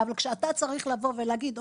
וכשאתה צריך לבוא ולהגיד,